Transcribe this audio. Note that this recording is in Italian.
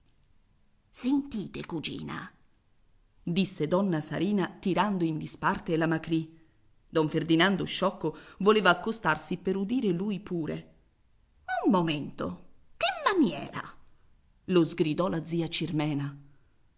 sentite cugina disse donna sarina tirando in disparte la macrì don ferdinando sciocco voleva accostarsi per udire lui pure un momento che maniera lo sgridò la zia cirmena